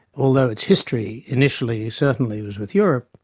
although its history initially certainly was with europe,